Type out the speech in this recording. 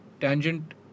Tangent